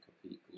compete